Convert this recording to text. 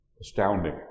astounding